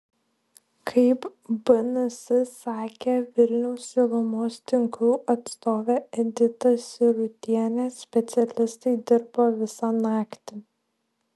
kaip bns sakė vilniaus šilumos tinklų atstovė edita sirutienė specialistai dirbo visą naktį